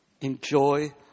Enjoy